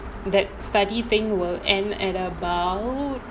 that study thing will end at about